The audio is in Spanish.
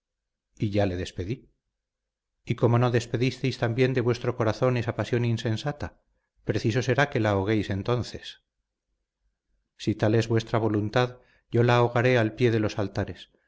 y ya le despedí y cómo no despedisteis también de vuestro corazón esa pasión insensata preciso será que la ahoguéis entonces si tal es vuestra voluntad yo la ahogaré al pie de los altares